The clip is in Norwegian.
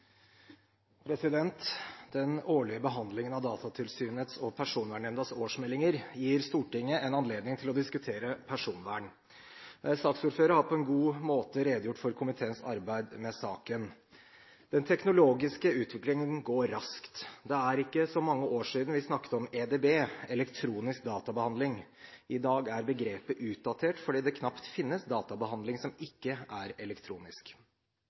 oppfatning. Den årlige behandlingen av Datatilsynets og Personvernnemndas årsmeldinger gir Stortinget en anledning til å diskutere personvern. Saksordføreren har på en god måte redegjort for komiteens arbeid med saken. Den teknologiske utviklingen går raskt. Det er ikke så mange år siden vi snakket om EDB, elektronisk databehandling. I dag er begrepet utdatert fordi det knapt finnes databehandling som ikke er elektronisk.